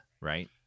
right